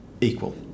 equal